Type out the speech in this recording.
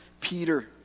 Peter